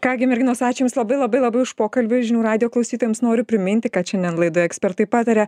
ką gi merginos ačiū jums labai labai labai už pokalbį žinių radijo klausytojams noriu priminti kad šiandien laidoje ekspertai pataria